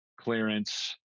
clearance